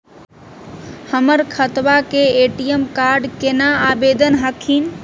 हमर खतवा के ए.टी.एम कार्ड केना आवेदन हखिन?